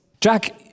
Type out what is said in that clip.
Jack